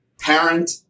parent